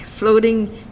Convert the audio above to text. floating